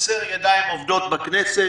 חסרות ידיים עובדות בכנסת